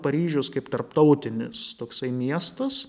paryžiaus kaip tarptautinis toksai miestas